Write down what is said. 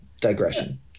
digression